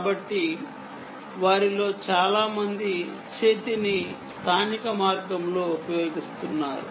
కాబట్టి వారిలో చాలామంది ఆర్మ్ ని సాధారణంగా ఉపయోగిస్తున్నారు